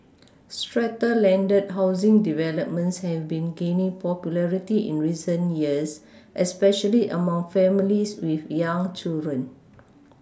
strata landed housing developments have been gaining popularity in recent years especially among families with young children